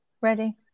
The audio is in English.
Ready